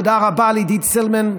תודה רבה לעידית סילמן,